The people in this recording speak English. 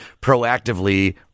proactively